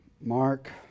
Mark